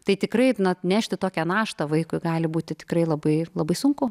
tai tikrai atnešti tokią naštą vaikui gali būti tikrai labai labai sunku